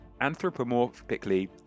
anthropomorphically